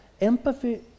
Empathy